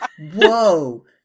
whoa